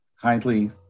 kindly